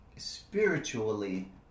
spiritually